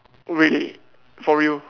really for real